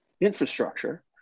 infrastructure